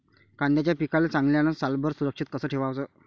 कांद्याच्या पिकाले चांगल्यानं सालभर सुरक्षित कस ठेवाचं?